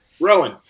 Rowan